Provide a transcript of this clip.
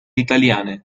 italiane